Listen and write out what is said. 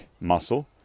muscle